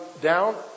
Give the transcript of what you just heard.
down